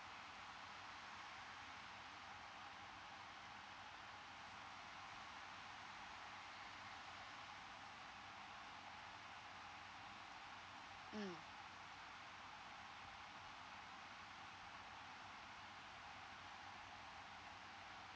mm